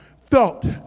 felt